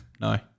No